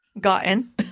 gotten